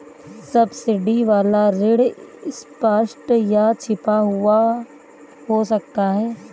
subsidy वाला ऋण स्पष्ट या छिपा हुआ हो सकता है